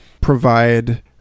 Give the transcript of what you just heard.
provide